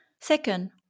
Second